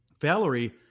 Valerie